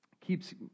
keeps